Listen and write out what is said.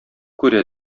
күрә